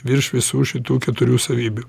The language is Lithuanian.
virš visų šitų keturių savybių